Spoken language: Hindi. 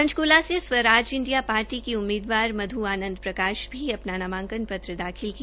पंचक्ला से स्वराज इंडिया पार्टी की उम्मीदवार मध् आनंद प्रकाश ने भी अपना नामांकन दाखिल किया